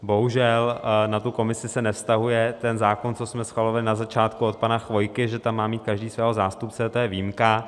Bohužel na tu komisi se nevztahuje ten zákon, co jsme schvalovali na začátku od pana Chvojky, že tam má mít každý svého zástupce, to je výjimka.